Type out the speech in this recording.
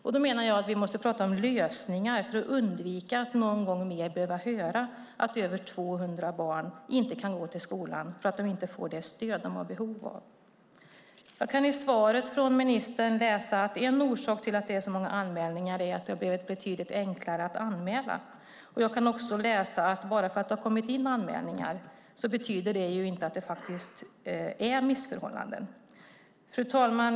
Jag menar att vi måste prata om lösningar för att undvika att någon gång mer behöva höra att över 200 barn inte kan gå till skolan för att de inte får det stöd de har behov av. I svaret från ministern kan jag läsa att en orsak till att det är så många anmälningar är att det har blivit betydligt enklare att anmäla. Jag kan också läsa att bara för att det har kommit in anmälningar betyder det inte att det faktiskt är missförhållanden. Fru talman!